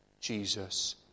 Jesus